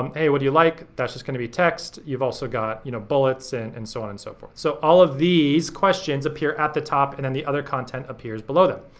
um hey, what do you like? that's just gonna be text. you've also got you know bullets and and so on and so forth. so all of these questions appear at the top and then the other content appears below them.